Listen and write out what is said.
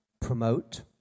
promote